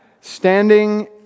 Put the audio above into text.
standing